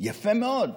יפה מאוד.